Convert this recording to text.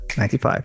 95